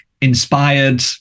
inspired